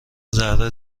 ذره